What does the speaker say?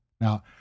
Now